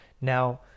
now